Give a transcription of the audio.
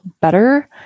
better